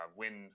win